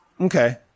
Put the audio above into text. Okay